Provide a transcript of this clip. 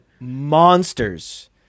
Monsters